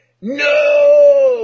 no